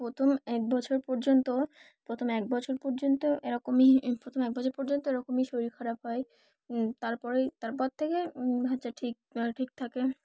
প্রথম এক বছর পর্যন্ত প্রথম এক বছর পর্যন্ত এরকমই প্রথম এক বছর পর্যন্ত এরকমই শরীর খারাপ হয় তারপরেই তারপর থেকে হচ্ছে ঠিক ঠিক থাকে